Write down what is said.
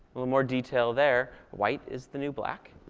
little more detail there. white is the new black,